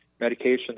medications